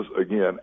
again